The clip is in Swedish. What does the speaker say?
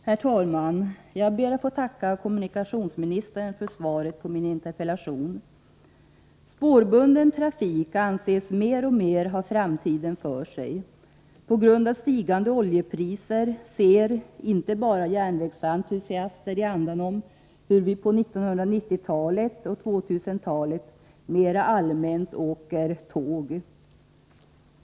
Herr talman! Jag ber att få tacka statsrådet för svaret på min interpellation. Spårbunden trafik anses mer och mer ha framtiden för sig. På grund av stigande oljepriser ser inte bara järnvägsentusiaster i andanom hur vi på 1990 och 2000-talen mera allmänt åker tåg.